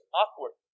awkward